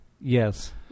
Yes